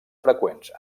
freqüents